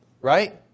right